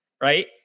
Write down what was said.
Right